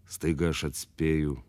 staiga aš atspėju